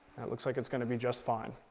that looks like it's going to be just fine.